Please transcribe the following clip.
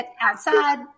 outside